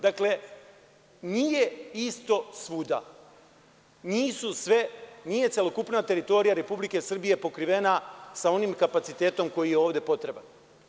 Dakle, nije isto svuda, nije celokupna teritorija Republike Srbije pokrivena sa onim kapacitetom koji je ovde potreban.